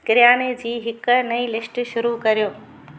किरयाने जी हिकु नई लिस्ट शुरू करियो